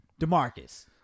DeMarcus